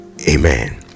amen